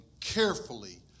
carefully